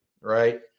Right